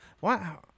Wow